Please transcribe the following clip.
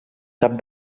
cap